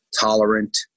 tolerant